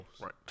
Right